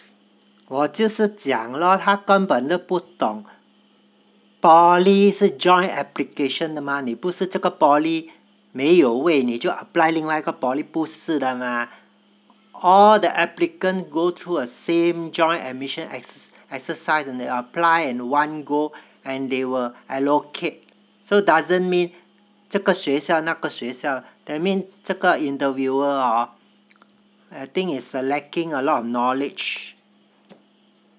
我就是讲咯她根本都不懂 poly 是 joint application 的嘛你不是这个 poly 没有位你就 apply 另外一个 poly 不是的嘛 all the applicants go through a same joint admission exercise and they apply at one go and they will allocate so doesn't mean 这个学校那个学校 that mean 这个 interviewer hor I think is lacking a lot of knowledge